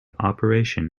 operation